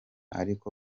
ariko